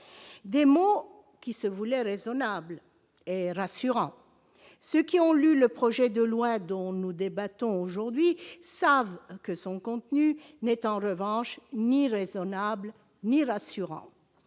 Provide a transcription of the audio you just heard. Ces mots se voulaient raisonnables et rassurants. Ceux qui ont lu le projet de loi dont nous débattons aujourd'hui savent que son contenu n'est, en revanche, ni raisonnable ni rassurant.